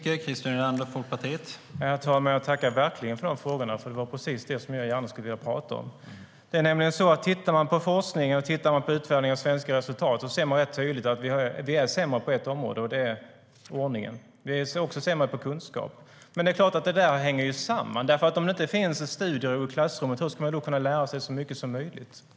Herr talman! Jag tackar verkligen för de frågorna, för det var precis detta jag gärna skulle vilja prata om. Om man tittar på forskning och utvärdering av svenska resultat ser man rätt tydligt att vi är sämre på ett område, och det gäller ordningen. Vi är också sämre kunskapsmässigt. Men det är klart att det hänger samman. Om det inte finns studiero i klassrummet, hur ska man då kunna lära sig så mycket som möjligt?